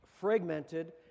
fragmented